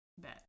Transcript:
Bet